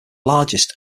largest